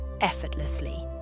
effortlessly